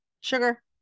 sugar